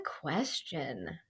question